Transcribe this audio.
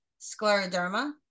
scleroderma